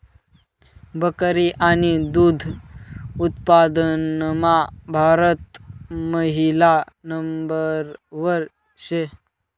बकरी आणि दुध उत्पादनमा भारत पहिला नंबरवर शे